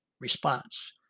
response